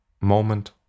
moment